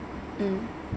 mm